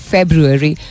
February